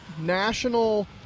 national